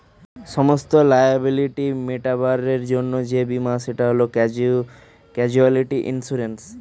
সমস্ত লায়াবিলিটি মেটাবার জন্যে যেই বীমা সেটা ক্যাজুয়ালটি ইন্সুরেন্স